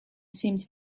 seemed